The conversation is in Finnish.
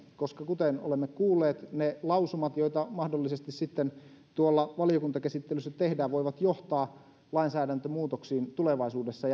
koska kuten olemme kuulleet ne lausumat joita mahdollisesti sitten tuolla valiokuntakäsittelyssä tehdään voivat johtaa lainsäädäntömuutoksiin tulevaisuudessa